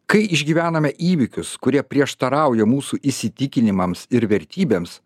kai išgyvename įvykius kurie prieštarauja mūsų įsitikinimams ir vertybėms